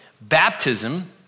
baptism